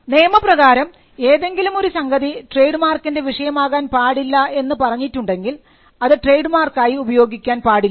നിയമപ്രകാരം ഏതെങ്കിലും ഒരു സംഗതി ട്രേഡ് മാർക്കിൻറെ വിഷയം ആകാൻ പാടില്ല എന്ന് പറഞ്ഞിട്ടുണ്ടെങ്കിൽ അത് ട്രേഡ്മാർക്ക് ആയി ഉപയോഗിക്കാൻ പാടില്ല